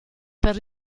per